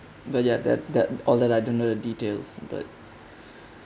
but ya that that all that I don't know the details but